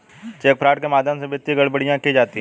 check fraud के माध्यम से वित्तीय गड़बड़ियां की जाती हैं